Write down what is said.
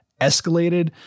escalated